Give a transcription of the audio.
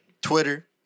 twitter